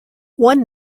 one